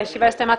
הישיבה הסתיימה.